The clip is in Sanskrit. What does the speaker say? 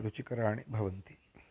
रुचिकराणि भवन्ति